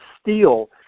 steel